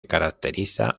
caracteriza